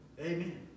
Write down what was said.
Amen